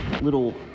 little